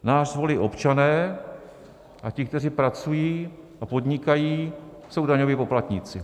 Nás volí občané a ti, kteří pracují a podnikají, jsou daňoví poplatníci.